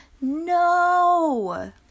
no